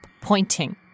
pointing